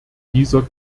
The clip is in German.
dieser